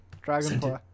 Dragonfly